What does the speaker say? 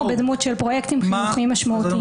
בדמות של פרויקטים חינוכיים משמעותיים.